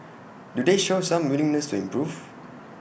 do they show some willingness to improve